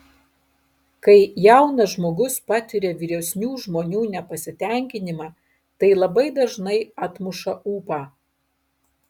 kai jaunas žmogus patiria vyresnių žmonių nepasitenkinimą tai labai dažnai atmuša ūpą